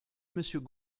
monsieur